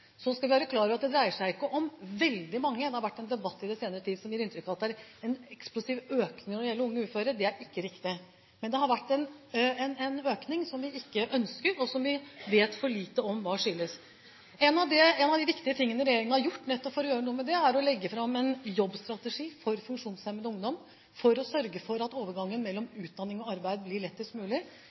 Så skal vi være klar over at det dreier seg ikke om veldig mange. Det har vært en debatt i den senere tid som gir inntrykk av at det er en eksplosiv økning i antallet unge uføre – det er ikke riktig. Men det har vært en økning som vi ikke ønsker, og som vi vet for lite om hva skyldes. En av de viktige tingene regjeringen har gjort, nettopp for å gjøre noe med dette, er å legge fram en jobbstrategi for funksjonshemmet ungdom for å sørge for at overgangen mellom utdanning og arbeid blir lettest mulig,